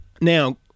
Now